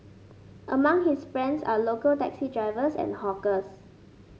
among his friends are local taxi drivers and hawkers